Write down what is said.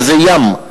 וזה ים,